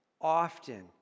often